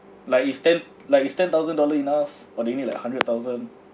like is ten like is ten thousand dollar enough or do you need like hundred thousand